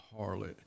harlot